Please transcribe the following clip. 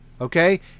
Okay